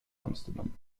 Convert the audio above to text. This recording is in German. amsterdam